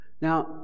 Now